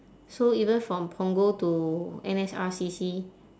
so even from punggol to N_S_R_C_C